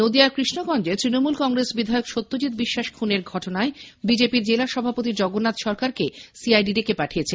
নদীয়ার কৃষ্ণগঞ্জে তৃণমূল কংগ্রেস বিধায়ক সত্যজিৎ বিশ্বাস খুনের ঘটনায় বিজেপির জেলা সভাপতি জগন্নাথ সরকারকে সিআইডি ডেকে পাঠিয়েছে